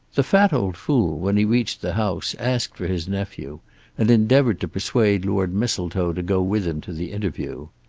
the fat old fool when he reached the house asked for his nephew and endeavoured to persuade lord mistletoe to go with him to the interview.